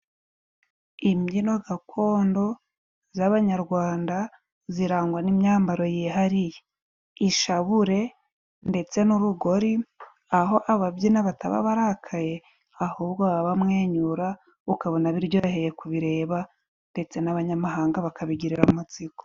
Imbyino gakondo z'abanyarwanda zirangwa n'imyambaro yihariye ishabure ndetse n'urugori. Aho ababyina bataba barakaye ahubwo baba bamwenyura ukabona biryorohereye kubireba ndetse n'abanyamahanga bakabigirira amatsiko.